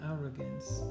arrogance